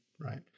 right